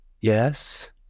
yes